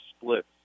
splits